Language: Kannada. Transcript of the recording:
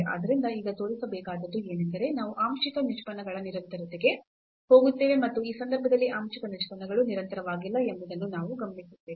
ಆದ್ದರಿಂದ ಈಗ ತೋರಿಸಬೇಕಾದದ್ದು ಏನೆಂದರೆ ನಾವು ಆಂಶಿಕ ನಿಷ್ಪನ್ನಗಳ ನಿರಂತರತೆಗೆ ಹೋಗುತ್ತೇವೆ ಮತ್ತು ಈ ಸಂದರ್ಭದಲ್ಲಿ ಆಂಶಿಕ ನಿಷ್ಪನ್ನಗಳು ನಿರಂತರವಾಗಿಲ್ಲ ಎಂಬುದನ್ನು ನಾವು ಗಮನಿಸುತ್ತೇವೆ